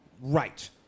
Right